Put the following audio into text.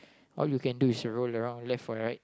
all you can do is roll around left or right